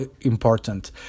important